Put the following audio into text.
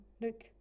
Look